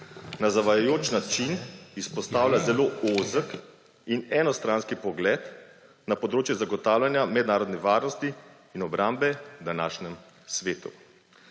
Na zavajajoč način izpostavlja zelo ozek in enostranski pogled na področje zagotavljanja mednarodne varnosti in obrambe v današnjem svetu.